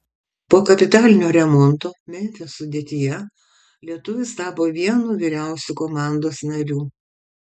po kapitalinio remonto memfio sudėtyje lietuvis tapo vienu vyriausių komandos narių